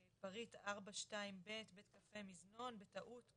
פריט 4 2(ב) בית קפה או מזנון זו טעות,